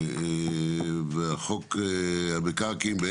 חוק המקרקעין בא